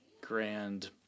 grand